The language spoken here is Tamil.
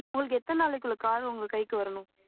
உங்களுக்கு எத்தன நாளைக்குள்ளே காரு உங்கள் கைக்கு வரணும்